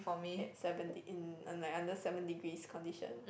at seven de~ in un~ like under seven degrees condition